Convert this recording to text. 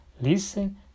listen